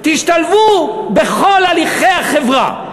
תשתלבו בכל הליכי החברה.